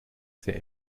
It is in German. sehr